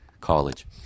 College